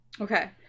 Okay